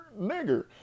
nigger